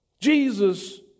Jesus